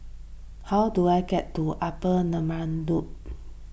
how do I get to Upper Neram Road